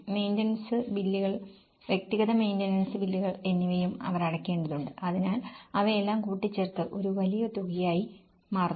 maintenance ബില്ലുകൾ വ്യക്തിഗത maintenance ബില്ലുകൾ എന്നിവയും അവർ അടയ്ക്കേണ്ടതുണ്ട് അതിനാൽ അവയെല്ലാം കൂട്ടിച്ചേർത്തു ഒരു വലിയ തുകയായി മാറുന്നു